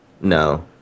No